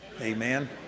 Amen